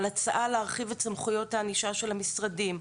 על הצעה להרחיב את סמכויות הענישה של המשרדים,